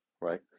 right